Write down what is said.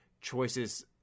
choices